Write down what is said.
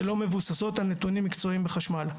שלא מבוססות על נתונים מקצועיים בחשמל.